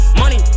money